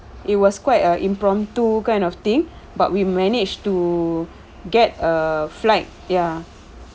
it was quite a impromptu kind of thing but we managed to get a flight ya